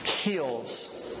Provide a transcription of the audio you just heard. heals